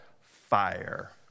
fire